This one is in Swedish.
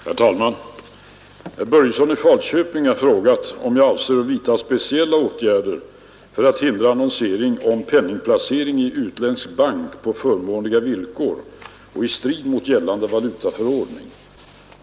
Herr talman! Herr Börjesson i Falköping har frågat om jag avser att vidta speciella åtgärder för att hindra annonsering om penningplacering i utländsk bank på förmånliga villkor och i strid mot gällande valutaförordning.